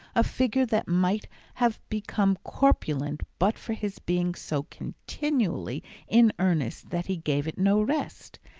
a figure that might have become corpulent but for his being so continually in earnest that he gave it no rest,